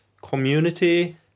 community